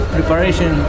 Preparation